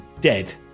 dead